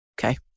Okay